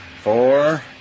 four